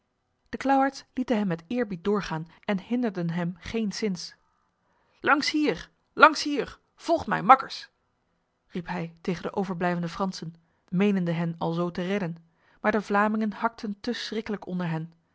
de klauwaards lieten hem met eerbied doorgaan en hinderden hem geenszins langs hier langs hier volgt mij makkers riep hij tegen de overblijvende fransen menende hen alzo te redden maar de vlamingen hakten te schriklijk onder hen